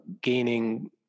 gaining